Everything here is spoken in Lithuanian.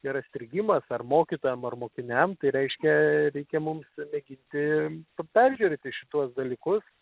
yra sirgimas ar mokytojam ar mokiniam tai reiškia reikia mums mėginti peržiūrėti šituos dalykus